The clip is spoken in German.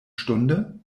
stunde